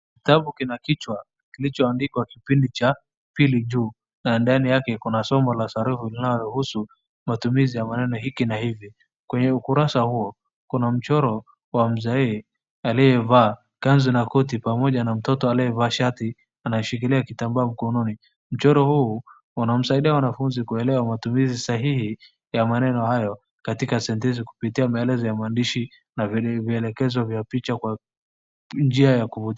Kitabu kina kichwa, kilichoandikwa kipindi cha pili juu, na ndani yake kuna somo la sarufi kinayohusu matumizi ya maneno hiki na hivi. Kwenye ukurasa huo kuna mchoro wa mzee aliyevaa kanzu na koti pamoja na mtoto aliyevaa shati anashikilia kitambaa mkononi. Mchoro huu unawasaidia wanafunzi kuelewa matumizi sahihi ya maneno hayo katika sentensi kupitia maelezo ya maandishi na vielekezo vya picha kwa njia ya kuvutia.